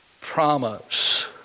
promise